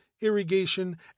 irrigation